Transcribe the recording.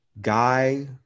guy